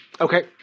Okay